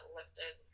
lifted